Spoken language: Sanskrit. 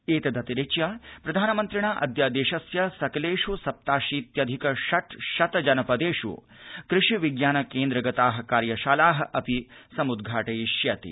एतदतिरिच्य प्रधानमन्त्रिणा अद्य देशस्य सकलेष् सप्ताशीत्यधिक षट्शत जनपदेष् क्रषिविज्ञानकेन्द्र गताः कार्यशालाः अपि समुद्घाटयिष्यन्ते